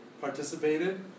participated